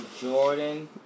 Jordan